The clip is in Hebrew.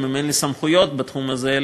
גם אם אין לי סמכויות בתחום הזה,